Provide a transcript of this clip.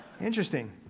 interesting